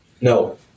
No